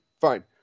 fine